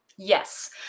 yes